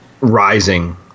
rising